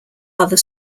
other